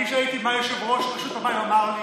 אני שמעתי מה יושב-ראש רשות המים אמר לי.